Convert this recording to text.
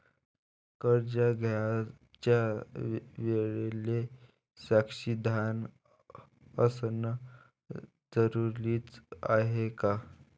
कर्ज घ्यायच्या वेळेले साक्षीदार असनं जरुरीच हाय का?